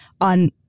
on